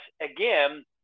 again